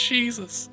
Jesus